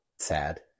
Sad